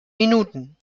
minuten